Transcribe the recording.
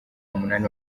umunani